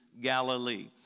Galilee